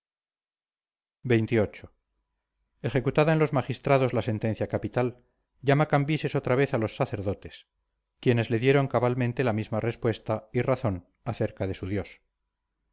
xxviii ejecutada en los magistrados la sentencia capital llama cambises otra vez a los sacerdotes quienes te dieron cabalmente la misma respuesta y razón acerca de su dios